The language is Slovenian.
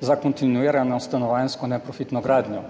za kontinuirano stanovanjsko neprofitno gradnjo.